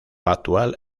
actual